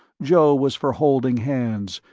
joe was for holding hands,